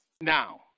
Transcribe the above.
Now